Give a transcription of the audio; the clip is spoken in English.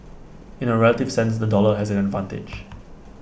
in A relative sense the dollar has an advantage